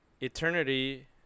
eternity